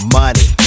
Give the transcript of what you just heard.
money